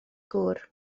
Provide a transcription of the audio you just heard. gŵr